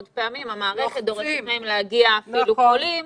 פעמים המערכת דורשת מהם להגיע אפילו חולים,